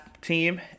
team